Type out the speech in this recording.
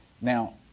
Now